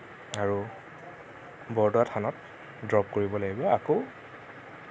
আৰু বৰদোৱা থানত ড্ৰপ কৰিব লাগিব আকৌ